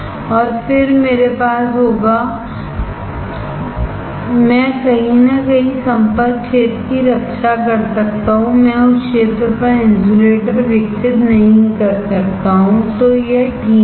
और फिर मेरे पास होगा मैं कहीं ना कहीं संपर्क क्षेत्र की रक्षा कर सकता हूं मैं उस क्षेत्र पर इन्सुलेटर विकसित नहीं कर सकता हूं तो यह ठीक है